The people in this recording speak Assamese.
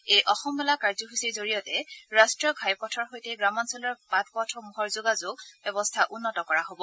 এই অসম মালা কাৰ্যসূচীৰ জৰিয়তে ৰাষ্টীয় ঘাইপথৰ সৈতে গ্ৰাম্যাঞ্চলৰ বাট পথসমূহৰ যোগাযোগ ব্যৱস্থা উন্নত কৰা হ'ব